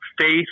faith